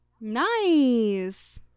Nice